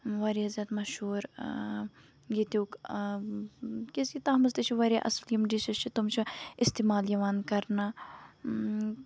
واریاہ زیادٕ مَشہوٗر ییٚتیُک کیازِ کہِ تَتھ منٛز تہِ چھُ واریاہ اصٕل یِم ڈِشٔز چھِ تِم چھِ اِستعمال یِوان کرنہٕ